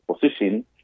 position